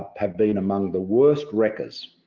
have been among the worst wreckers,